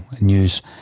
news